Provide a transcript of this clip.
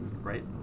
Right